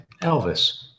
Elvis